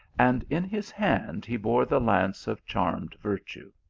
and in his hand he bore the lance of charmed virtue.